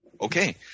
Okay